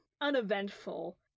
uneventful